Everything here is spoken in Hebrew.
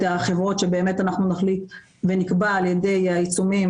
החברות שבאמת אנחנו נחליט ונקבע על ידי העיצומים